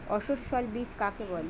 অসস্যল বীজ কাকে বলে?